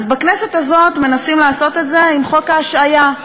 אז בכנסת הזאת מנסים לעשות את זה עם חוק ההשעיה.